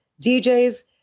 DJs